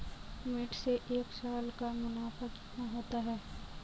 मिर्च से एक साल का मुनाफा कितना होता है?